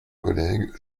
collègues